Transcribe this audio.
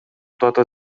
toată